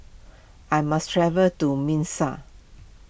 I must travel to Minsk